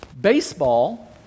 baseball